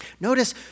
Notice